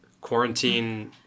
quarantine